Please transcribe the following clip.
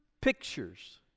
pictures